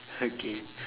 okay